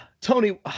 tony